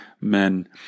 men